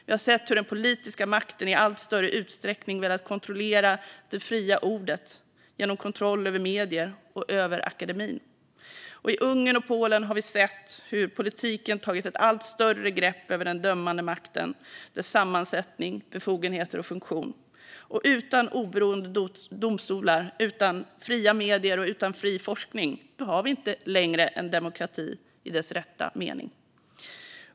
Vi har sett hur den politiska makten i allt större utsträckning velat kontrollera det fria ordet genom kontroll över medier och över akademin. I Ungern och Polen har vi sett hur politiken tagit ett allt större grepp om den dömande makten, dess sammansättning, befogenheter och funktion. Och utan oberoende domstolar, utan fria medier och utan fri forskning har vi inte längre en demokrati i dess rätta mening.